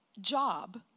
job